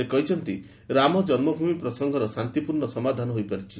ସେ କହିଛନ୍ତି ରାମ ଜନ୍ମଭୂମି ପ୍ରସଙ୍ଗର ମଧ୍ୟ ଶାନ୍ତିପୂର୍ଣ୍ଣ ସମାଧାନ ହୋଇପାରିଛି